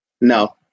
No